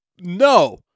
no